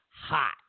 hot